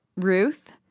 Ruth